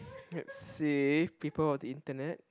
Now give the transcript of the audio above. let's see people on the internet